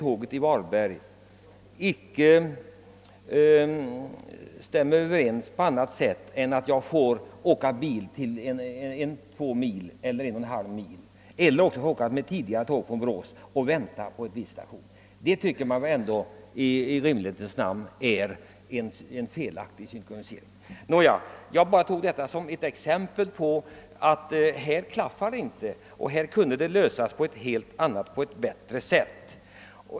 Det är väl självfallet en felaktig synkronisering. Jag nämnde dessa exempel som bevis på att det inte klaffar. Jag är övertygad om att det kunde lösas på ett bättre sätt.